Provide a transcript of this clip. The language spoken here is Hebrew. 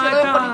ילדים.